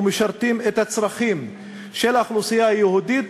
ומשרתים את הצרכים של האוכלוסייה היהודית,